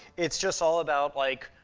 it's just all about, like,